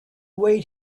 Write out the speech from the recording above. wait